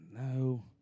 No